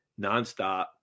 nonstop